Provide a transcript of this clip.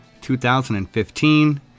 2015